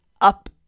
up